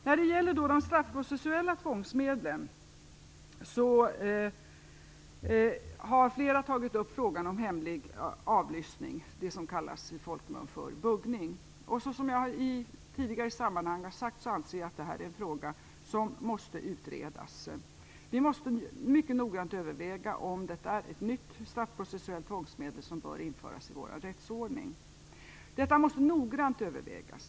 När det gäller de straffprocessuella tvångsmedlen har flera tagit upp frågan om hemlig avlyssning - det som i folkmun kallas för buggning. Som jag i tidigare sammanhang har sagt anser jag att det är en fråga som måste utredas. Vi måste mycket noggrant överväga om detta är ett nytt straffprocessuellt tvångsmedel som bör införas i vår rättsordning. Detta måste noggrant övervägas.